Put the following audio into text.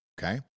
Okay